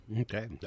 okay